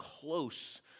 close